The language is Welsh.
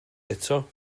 eto